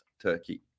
turkey